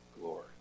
glory